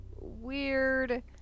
weird